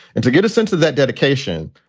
and to get a sense of that dedication,